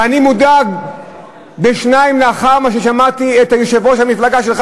ואני מודאג פי-שניים לאחר ששמעתי את יושב-ראש המפלגה שלך,